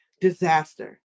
disaster